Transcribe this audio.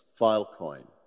Filecoin